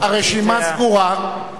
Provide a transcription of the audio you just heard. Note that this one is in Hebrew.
הרשימה סגורה.